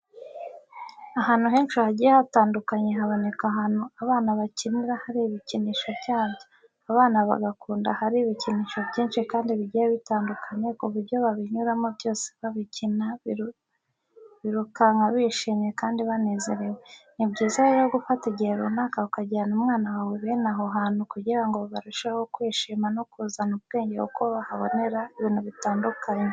Ahantu henshi hagiye hatandukanye haboneka ahantu abana bakinira hari ibikinisho byabo, abana bagakunda ahari ibikinisho byinshi kandi bigiye bitandukanye ku buryo babinyuramo byose babikina birukanka bishimye kandi banezerewe. Ni byiza rero gufata igihe runaka ukajyana umwana wawe bene aho hantu kugira ngo barusheho kwishima no kuzana ubwenge kuko bahabonera ibintu bitandukanye.